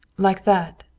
like that!